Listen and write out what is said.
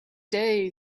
day